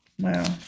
Wow